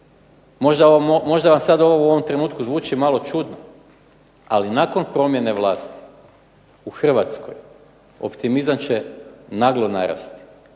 možda vam sad ovo u ovom trenutku zvuči malo čudno, ali nakon promjene vlasti u Hrvatskoj optimizam će naglo narasti.